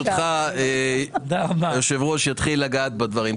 ברשותך, היושב-ראש, אתחיל לגעת בדברים.